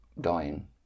dying